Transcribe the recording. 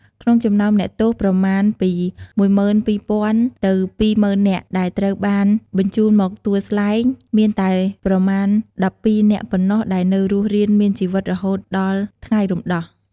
ក្នុងចំណោមអ្នកទោសប្រមាណពី ១២០០០ ទៅ ២០០០០ នាក់ ដែលត្រូវបានបញ្ជូនមកទួលស្លែង មានតែប្រមាណ ១២ នាក់ប៉ុណ្ណោះដែលនៅរស់រានមានជីវិតរហូតដល់ថ្ងៃរំដោះ។